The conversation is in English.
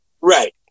right